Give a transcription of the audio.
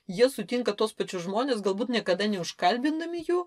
jie sutinka tuos pačius žmones galbūt niekada neužkalbindami jų